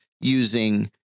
using